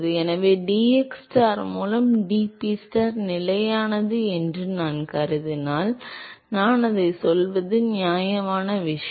எனவே dxstar மூலம் dPstar நிலையானது என்று நான் கருதினால் அதைச் சொல்வது நியாயமான விஷயம்